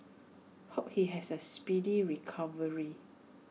hope he has A speedy recovery